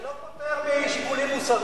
זה לא פוטר משיקולים מוסריים.